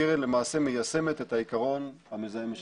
הקרן למעשה מיישמת את העיקרון: המזהם משלם.